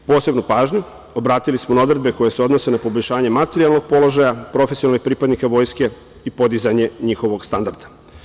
Posebnu pažnju obratili smo na odredbe koje se odnose na poboljšanje materijalnog položaja profesionalnih pripadnika vojske i podizanje njihovog standarda.